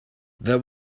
there